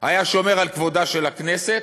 היה שומר על כבודה של הכנסת,